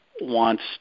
wants